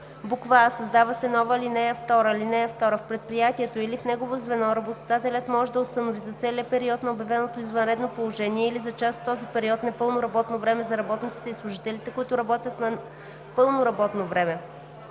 а) създава се нова ал. 2: „(2) В предприятието или в негово звено работодателят може да установи за целия период на обявено извънредно положение или за част от този период непълно работно време за работниците и служителите, които работят на пълно работно време.“;